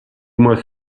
mois